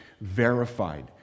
verified